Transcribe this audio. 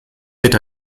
wird